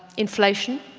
inflation,